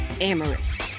Amorous